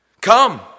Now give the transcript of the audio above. Come